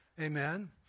Amen